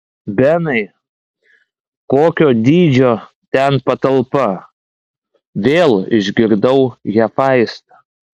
benai kokio dydžio ten patalpa vėl išgirdau hefaistą